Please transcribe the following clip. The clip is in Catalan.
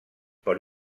per